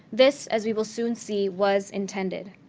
this, as we will soon see, was intended.